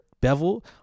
bevel